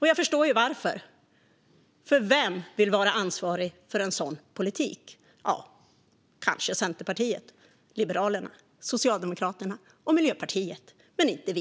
Jag förstår varför, för vem vill vara ansvarig för en sådan politik? Kanske Centerpartiet, Liberalerna, Socialdemokraterna och Miljöpartiet, men inte vi.